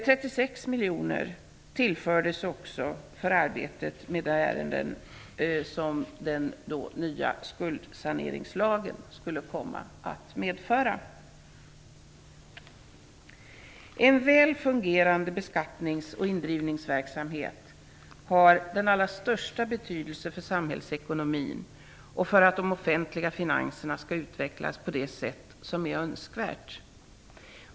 36 miljoner tillfördes också för arbetet med de ärenden som den då nya skuldsaneringslagen skulle komma att medföra. En väl fungerande beskattnings och indrivningsverksamhet har den allra största betydelse för samhällsekonomin och för att de offentliga finanserna skall utvecklas på det sätt som är önskvärt.